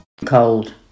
Cold